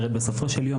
בסופו של יום,